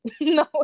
no